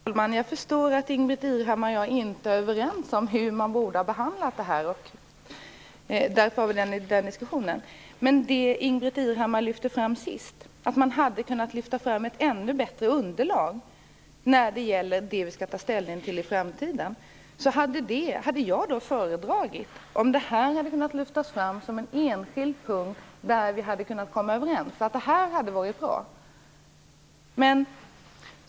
Herr talman! Jag förstår att Ingbritt Irhammar och jag inte är överens om hur man borde ha behandlat det här. Därför har vi den här diskussionen. Jag vill kommentera det Ingbritt Irhammar lyfter fram sist, att man hade kunnat ta fram ett ännu bättre underlag beträffande det vi skall ta ställning till i framtiden. Jag hade föredragit om det hade kunnat lyftas fram som en enskild punkt där vi hade kunnat komma överens om att det hade varit bra.